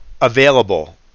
available